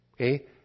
Okay